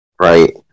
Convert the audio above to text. Right